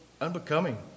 unbecoming